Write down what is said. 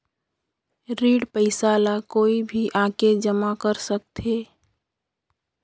ऋण पईसा ला कोई भी आके जमा कर सकथे?